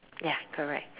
ya correct